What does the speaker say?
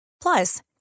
Plus